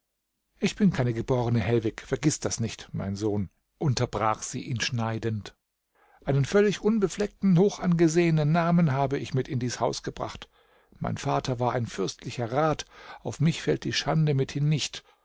ich bin keine geborene hellwig vergiß das nicht mein sohn unterbrach sie ihn schneidend einen völlig unbefleckten hochangesehenen namen habe ich mit in dies haus gebracht mein vater war ein fürstlicher rat auf mich fällt die schande mithin nicht